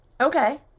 Okay